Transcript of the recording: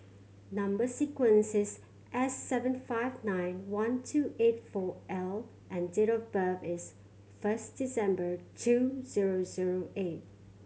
number sequence is S seven five nine one two eight four L and date of birth is first December two zero zero eight